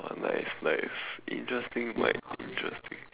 like like interesting like interesting